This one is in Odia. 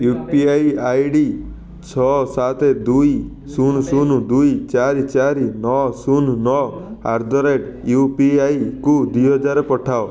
you P I I D ଛଅ ସାତ ଦୁଇ ଶୂନ ଶୂନ ଦୁଇ ଚାରି ଚାରି ନଅ ଶୂନ ନଅ ଆଟ୍ ଦି ରେଟ୍ ୟୁପିଆଇକୁ ଦୁଇ ହଜାର ପଠାଅ